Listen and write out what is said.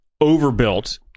overbuilt